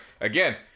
again